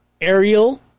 ariel